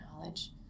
knowledge